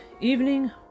evening